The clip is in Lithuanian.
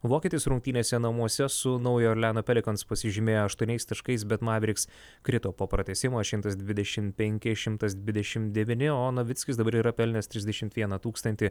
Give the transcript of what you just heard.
vokietis rungtynėse namuose su naujojo orleano pelikons pasižymėjo aštuoniais taškais bet maveriks krito po pratęsimo šimtas dvidešim penki šimtas dvidešim devyni o novickis dabar yra pelnęs trisdešimt vieną tūkstantį